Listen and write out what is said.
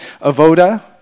Avoda